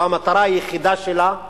זו המטרה היחידה שלה.